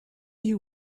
you